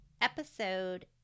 episode